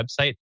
website